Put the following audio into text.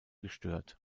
gestört